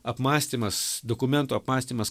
apmąstymas dokumentų apmąstymas